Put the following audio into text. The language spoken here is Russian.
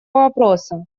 вопроса